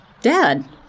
Dad